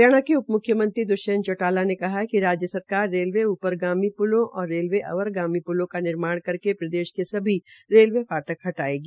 हरियाणा के उपमुख्यमंत्री द्वष्यंत चौटाला ने कहा है कि राज्य सरकार रेलवे ऊपर गामी प्लों और रेलवे अवरगामी पुलों का निर्माण करके प्रदेश के सभी रेलवे फाटक हटायेगी